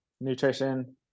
nutrition